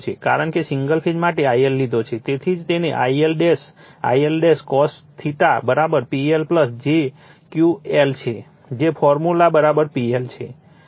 કારણ કે single phase માટે IL લીધો છે તેથી જ તે I L I L cos PL jQ L છે જે ફોર્મ્યુલા PL છે